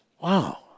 Wow